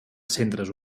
centres